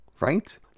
Right